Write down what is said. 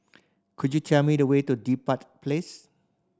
could you tell me the way to Dedap Place